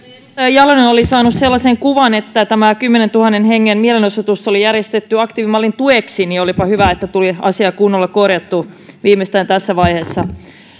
jalonen oli saanut sellaisen kuvan että tämä kymmenentuhannen hengen mielenosoitus oli järjestetty aktiivimallin tueksi niin olipa hyvä että tuli asia kunnolla korjattua viimeistään tässä vaiheessa